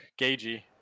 gagey